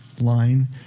Line